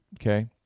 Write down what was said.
Okay